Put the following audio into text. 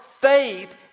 faith